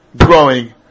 growing